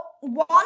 one